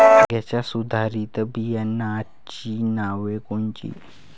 वांग्याच्या सुधारित बियाणांची नावे कोनची?